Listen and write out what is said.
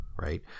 right